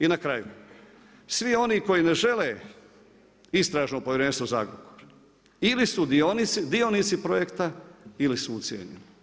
I na kraju, svi oni koji ne žele istražno povjerenstvo za Agrokor, ili su dionici projekta ili su ucijenjeni.